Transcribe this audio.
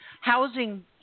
housing